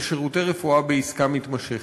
ושירותי רפואה בעסקה מתמשכת.